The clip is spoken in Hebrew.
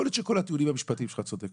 יכול להיות שכל הטיעונים המשפטיים שלך צודקים,